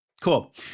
Cool